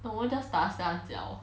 我们 just 大三脚